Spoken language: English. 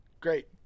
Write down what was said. great